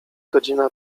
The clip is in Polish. godzina